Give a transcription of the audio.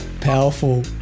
powerful